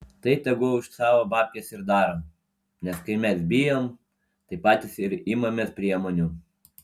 tai tegu už savo babkes ir daro nes kai mes bijom tai patys ir imamės priemonių